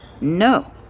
No